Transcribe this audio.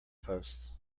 post